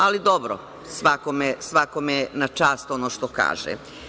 Ali, dobro, svakome na čast ono što kaže.